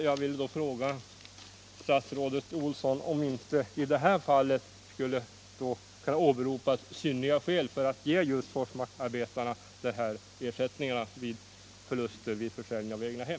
Jag vill då fråga statsrådet Olsson om inte synnerliga skäl skulle kunna åberopas i det här fallet för att ge Forsmarksarbetarna ersättning för förluster vid försäljning av egnahem.